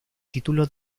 título